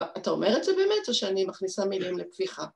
‫אתה אומר את זה באמת ‫או שאני מכניסה מילים לפתיחה?